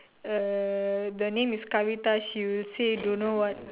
uh the name is Kavitha she will say don't know what